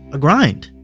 a grind.